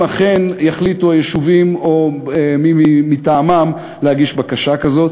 אם אכן יחליטו היישובים או מי מטעמם להגיש בקשה כזאת.